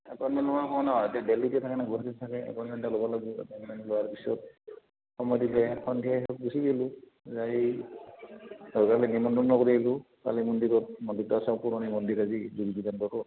appointment লোৱাৰ দেলহীত থাকে না গুৱাহাটীত থাকে এপইণ্টমেণ্ট এটা ল'ব লাগিব এপইণ্টমেণ্ট লোৱাৰ পিছত সময় দিলে সন্ধিয়াই গুচি গ'লোঁ যাই কৰি আহিলোঁ কালী মন্দিৰত মন্দিৰটো আছে পুৰণি মন্দিৰ আজি